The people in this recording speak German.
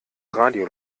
radio